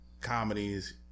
comedies